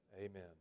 Amen